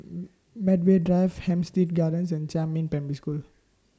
Medway Drive Hampstead Gardens and Jiemin Primary School